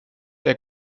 der